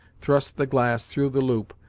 thrust the glass through the loop,